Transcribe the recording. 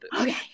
Okay